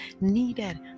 needed